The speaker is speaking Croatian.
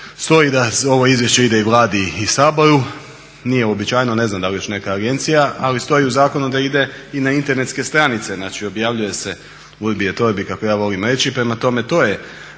stoji da ovo izvješće ide i Vladi i Saboru, nije uobičajeno ne znam da li još neka agencija ali stoji u zakonu da ide i na internetske stranice, znači objavljuje se "urbi et orbi" kako ja volim reći prema tome to je